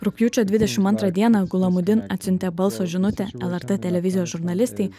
rugpjūčio dvidešim antrą dieną gulamudin atsiuntė balso žinutę lrt televizijos žurnalistei